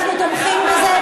אנחנו תומכים בזה,